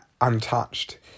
untouched